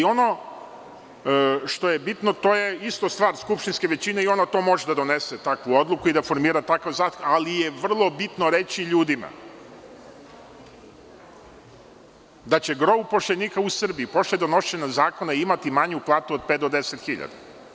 Ono što je bitno, to je isto stvar skupštinske većine i ona može da donese takvu odluku i da formira takav stav, ali je vrlo bitno reći ljudima da će gro upošljenika u Srbiji posle donošenja zakona imati manju platu od pet do 10 hiljada.